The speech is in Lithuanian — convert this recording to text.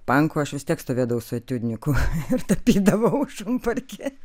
pankų aš vis tiek stovėdavau su etiudniku ir tapydavau šunparkį